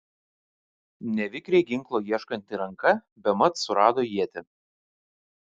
nevikriai ginklo ieškanti ranka bemat surado ietį